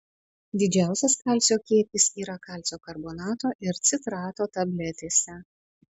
didžiausias kalcio kiekis yra kalcio karbonato ir citrato tabletėse